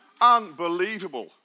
Unbelievable